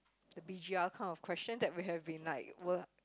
the B G R kind of question that we have been like were